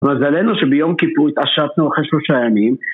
מזלנו שביום כיפור התעשתנו אחרי שלושה ימים